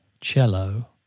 Cello